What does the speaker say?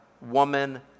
woman